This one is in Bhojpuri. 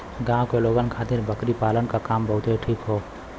गांव के लोगन खातिर बकरी पालना क काम बहुते ठीक हौ